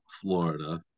Florida